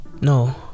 no